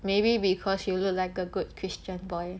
maybe because you look like a good christian boy